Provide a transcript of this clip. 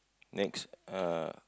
next uh